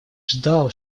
ждал